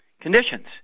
conditions